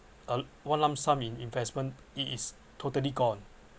a one lump sum in investment it is totally gone